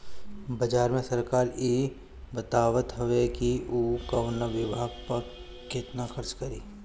budget में सरकार इ बतावत हवे कि उ कवना विभाग पअ केतना खर्चा करी